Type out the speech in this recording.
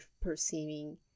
perceiving